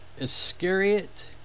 Iscariot